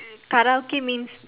Karaoke means